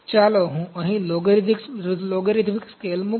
ચાલો હું અહીં લોગરીધમિક સ્કેલ મૂકું